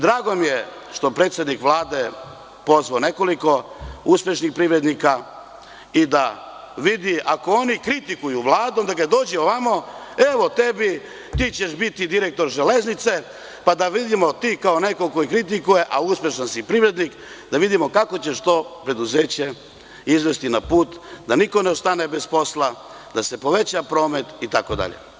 Drago mi je što predsednik Vlade pozvao nekoliko uspešnih privrednika i da vidi ako oni kritikuju Vladu, onda dođite ovamo, i evo tebi, ti ćeš biti direktor Železnice, pa da vidimo da ti kao neko ko kritikuje, a uspešan si privrednik, da vidimo kako ćeš to preduzeće izvesti na put i da niko ne ostane bez posla, da se poveća promet itd.